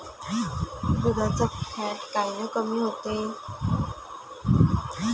दुधाचं फॅट कायनं कमी होते?